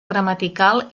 gramatical